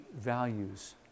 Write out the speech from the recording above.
values